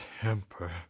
temper